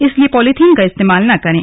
इसलिए पॉलीथीन का इस्तेमाल न करें